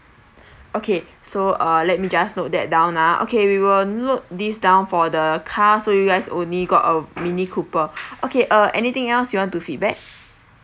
okay so uh let me just note that down ah okay we will note this down for the car so you guys only got a mini cooper okay uh anything else you want to feedback